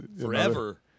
Forever